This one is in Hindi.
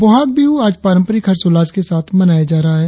बोहाग बिहु आज पारंपरिक हर्षोल्लास के साथ मनाया जा रहा है